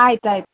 ಆಯ್ತು ಆಯ್ತು